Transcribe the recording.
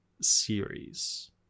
series